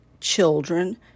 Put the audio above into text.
children